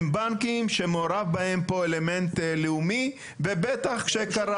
הם בנקים שמעורב בהם פה אלמנט לאומי ובטח כשקרה